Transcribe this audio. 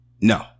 No